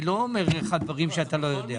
אני לא אומר לך דברים שאתה לא יודע.